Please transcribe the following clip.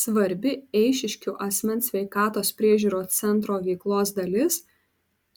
svarbi eišiškių asmens sveikatos priežiūros centro veiklos dalis